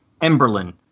Emberlin